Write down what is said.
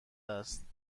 است